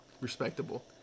Respectable